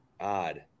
odd